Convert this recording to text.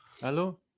Hello